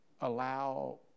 allow